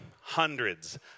hundreds